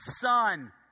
Son